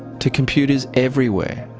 to computers everywhere,